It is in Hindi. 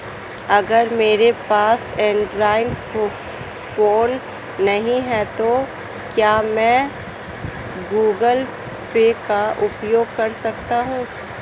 अगर मेरे पास एंड्रॉइड फोन नहीं है तो क्या मैं गूगल पे का उपयोग कर सकता हूं?